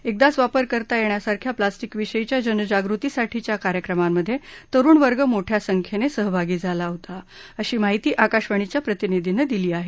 एकदाच वापर करता येण्यासारख्या प्लास्टिक विषयीच्या जन जागृतीसाठीच्या कार्यक्रमांमध्ये तरुण वर्ग मोठ्या संख्येनं सहभागी झाला आहे अशी माहिती आकाशवाणीच्या प्रतिनिधीनं दिली आहे